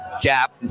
gap